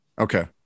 Okay